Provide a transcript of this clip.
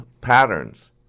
patterns